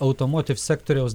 automotiv sektoriaus